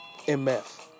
MF